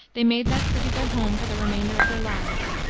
they made that city their home for the remainder of their lives.